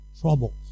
troubles